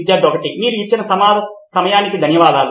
విద్యార్థి 1 మీరు ఇచ్చిన సమయానికి ధన్యవాదాలు